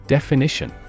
Definition